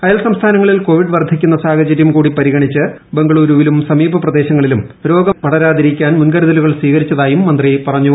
അയൽസംസ്ഥാനങ്ങളിൽ Covid വർദ്ധിക്കുന്ന സാഹചരൃം കൂടി പരിഗണിച്ച് ബംഗളുരുവിലും സമീപ പ്രദേശങ്ങളിലും രോഗം പടരാതിരിക്കാൻ മുൻകരുതലുകൾ സ്വീകരിച്ചതായും മന്ത്രി പറഞ്ഞു